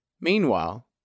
Meanwhile